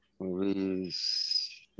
Movies